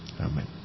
Amen